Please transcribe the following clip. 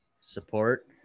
support